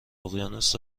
اقیانوس